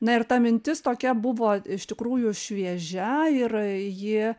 na ir ta mintis tokia buvo iš tikrųjų šviežia ir ji